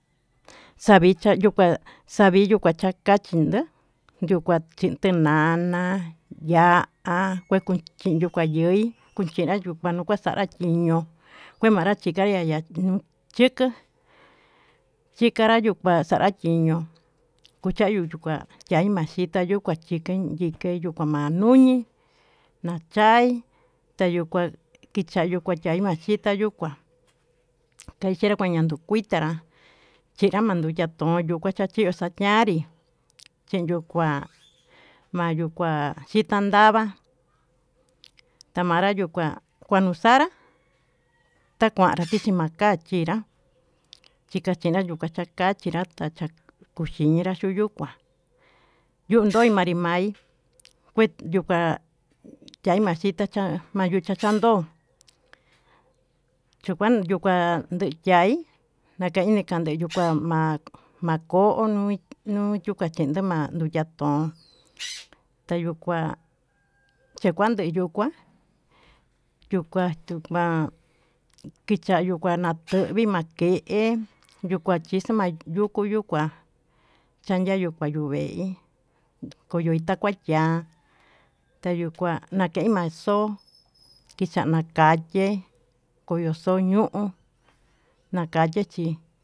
Xavicha yuu kuá xavixa kuachaká chindá, yuu kua chin tinana ya'á, kue kachín yuka yoí kuchinra yuu kuá kachin na'a chín ño'o kue manrachika yaya ñuu yiká chikanrá chika'a kunra chiño'o, cuchayuu chuu kuá cha'á kai maxhika yuu kuá xhikeín yike'e yumana ñiuni nachaí kichayuu kuá kichayuu kua chaí ma'á xhita yuu kuá key xhiera kua yuu kuitanrá kiya'a mandukiá tonyo'ó kuachuu machachí yiu xañanrí yenyuu kuá mayuu kuá xhitan ndava'a tamayu kuá kuanuu xanrá tamanuka chichi makachí chinra chika'a chinra yunuxakachí china'a xhinrá ata kuchiñenrá xuu yukuá yundói manrikuai kue yuu ka'a chai maxhitacha ma'ayu, yuu chachandó chukan yuu kuá ndeyaí chukan nakandeyuu kuá ma'a mako'o nuu nuí yuu kachenda ma'a nuya'á ton tayuu kuá chekuan ndeyuu kuá yuu kuá tuma'a kichayió kua natuvii make'e em yukachixma yukuu yuu kua chancha yuu kua yuu veí koyo'í takuá ya'á tayuu kuá nakeí maxo'o kixa'a nakaye koyoxo ñuu nakaye chí.